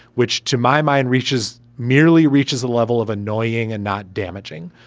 which to my mind reaches merely reaches a level of annoying and not damaging.